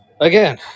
Again